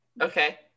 okay